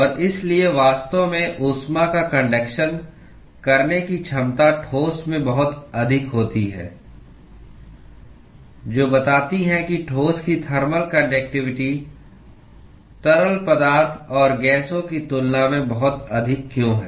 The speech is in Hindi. और इसलिए वास्तव में ऊष्मा का कन्डक्शन करने की क्षमता ठोस में बहुत अधिक होती है जो बताती है कि ठोस की थर्मल कान्डक्टिवटी तरल पदार्थ और गैसों की तुलना में बहुत अधिक क्यों है